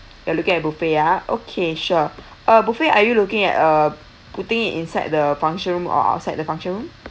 you're looking at buffet ah okay sure uh buffet are you looking at uh putting it inside the function room or outside the function room